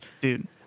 Dude